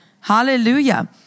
Hallelujah